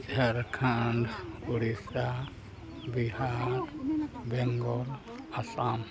Jharkhand Orissa Bihar Bengal Assam